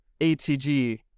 ATG